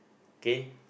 K